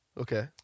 Okay